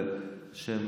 שהן